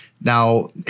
now